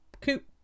coop